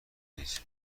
نیست